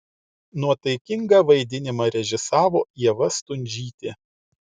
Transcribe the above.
nuotaikingą vaidinimą režisavo ieva stundžytė